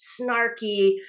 snarky